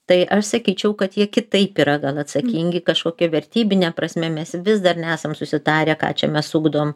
tai aš sakyčiau kad jie kitaip yra gan atsakingi kažkokia vertybine prasme mes vis dar nesam susitarę ką čia mes ugdom